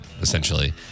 essentially